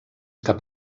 cap